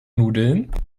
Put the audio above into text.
nudeln